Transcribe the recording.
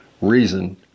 reason